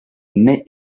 mai